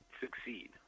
succeed